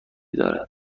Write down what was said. دارد